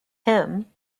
him